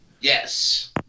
Yes